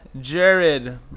Jared